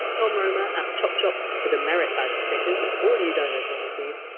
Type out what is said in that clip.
tom romer at chop shop for the merit badge stickers which all you donors will receive,